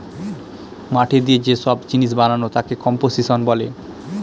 মাটি দিয়ে যে সব জিনিস বানানো তাকে কম্পোসিশন বলে